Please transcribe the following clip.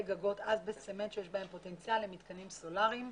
גגות אסבסט צמנט שיש בהם פוטנציאל למתקנים סולריים,